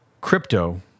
crypto